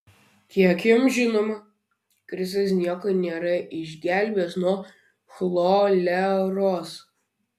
kiek jam žinoma kristus nieko nėra išgelbėjęs nuo choleros